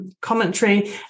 commentary